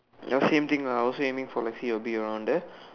ya same thing lah I also aiming for the C or B around there